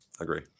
Agree